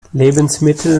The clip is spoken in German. lebensmittel